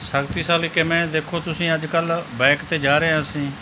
ਸ਼ਕਤੀਸ਼ਾਲੀ ਕਿਵੇਂ ਦੇਖੋ ਤੁਸੀਂ ਅੱਜ ਕੱਲ੍ਹ ਬੈਕ 'ਤੇ ਜਾ ਰਹੇ ਹਾਂ ਅਸੀਂ